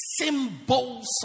symbols